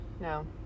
No